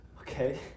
Okay